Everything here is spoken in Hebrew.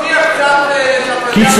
לפחות תוכיח קצת שאתה יודע מה אתה מדבר,